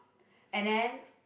and then